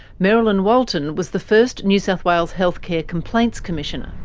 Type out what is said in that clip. merrilyn walton was the first new south wales health care complaints commissioner.